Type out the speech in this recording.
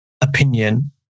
opinion